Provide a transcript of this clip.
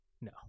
No